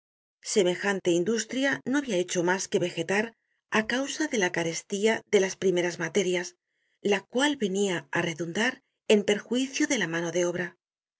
semejante industria no habia hecho mas que ve jetar á causa de la carestía de las primeras materias la cual venia á redundar en perjuicio de la mano de obra